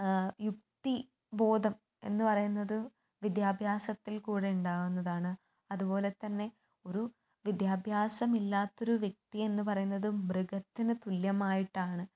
യുക്തി ബോധം എന്ന് പറയുന്നത് വിദ്യാഭ്യാസത്തിൽ കൂടെ ഉണ്ടാകുന്നതാണ് അതുപോലെ തന്നെ ഒരു വിദ്യാഭ്യാസമില്ലാത്തൊരു വ്യക്തി എന്ന് പറയുന്നത് മൃഗത്തിന് തുല്യമായിട്ടാണ്